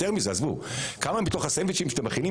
יותר מזה כמה מתוך הסנדוויצ'ים שאתם מכינים